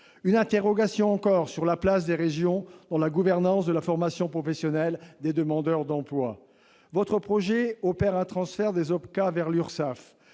nous interrogeons sur la place des régions dans la gouvernance de la formation professionnelle des demandeurs d'emploi. Votre projet opère un transfert des organismes